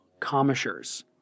commissures